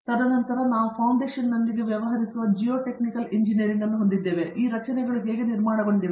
ತದನಂತರ ನಾವು ಫೌಂಡೇಶನ್ನೊಂದಿಗೆ ವ್ಯವಹರಿಸುವ ಜಿಯೋಟೆಕ್ನಿಕಲ್ ಇಂಜಿನಿಯರಿಂಗ್ ಅನ್ನು ಹೊಂದಿದ್ದೇವೆ ಈ ರಚನೆಗಳು ಹೇಗೆ ನಿರ್ಮಾಣಗೊಂಡಿವೆ